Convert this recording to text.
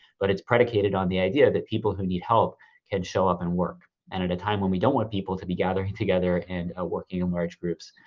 but it's predicated on the idea that people who need help can show up and work. and at a time when we don't want people to be gathering together and working in large groups,